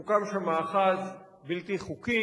הוקם שם מאחז בלתי חוקי,